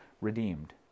redeemed